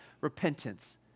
repentance